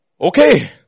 Okay